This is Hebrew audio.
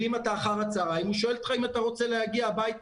ואם אתה אחר הצוהריים הוא שואל אותך אותך אם אתה רוצה להגיע הביתה.